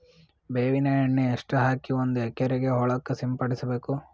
ಬೇವಿನ ಎಣ್ಣೆ ಎಷ್ಟು ಹಾಕಿ ಒಂದ ಎಕರೆಗೆ ಹೊಳಕ್ಕ ಸಿಂಪಡಸಬೇಕು?